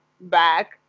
back